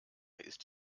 ist